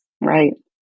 Right